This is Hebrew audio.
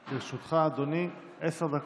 לרשותך, אדוני, עשר דקות.